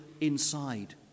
inside